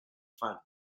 fund